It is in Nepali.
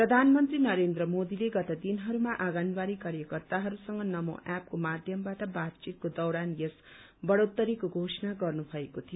प्रधानमन्त्री नरेन्द्र मोदीले गत दिनहरूमा आँगनवाड़ी कार्यकर्ताहरूसँग नमो एप्पको माध्यमबाट बातचितको दौरान यस बढ़ोत्तरीको घोषणा गर्नुभएको थियो